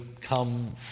come